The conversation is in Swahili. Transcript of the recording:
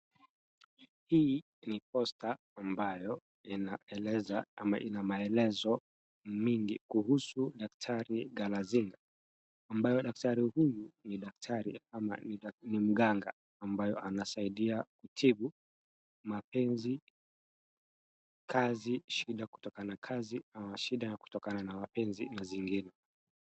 Hii ni posta ambayo ianeleza au ina maelezo mingi kuhusu daktari Galazinga, ambayo daktari huyu ni daktarai au ni mganga ambayo anasaidia kutibu mapenzi, kazi, shida kutokana na kazi au shida kutokana na mapenzi na zingine.